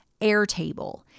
Airtable